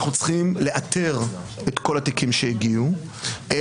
אנחנו צריכים לאתר את כל התיקים שהגיעו אל התביעה.